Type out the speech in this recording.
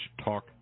talk